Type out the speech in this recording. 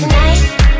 Tonight